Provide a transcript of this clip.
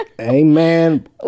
Amen